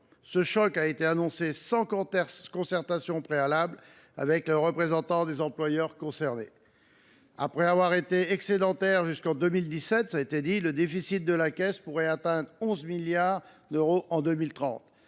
Ce choc a été annoncé sans concertation préalable avec les représentants des employeurs concernés. Après avoir été excédentaire jusqu’en 2017, le déficit de la Caisse pourrait atteindre 11 milliards d’euros en 2030.